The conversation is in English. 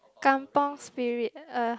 Kampung spirit uh